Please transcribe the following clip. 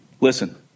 Listen